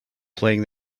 playing